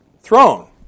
throne